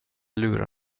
lura